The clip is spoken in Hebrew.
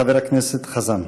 חבר הכנסת חזן.